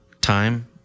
time